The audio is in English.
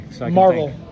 Marvel